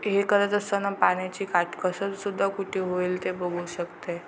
हे करत असताना पाण्याची काटकसरसुद्धा कुठे होईल ते बघू शकते